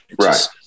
Right